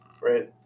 right